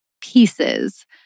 pieces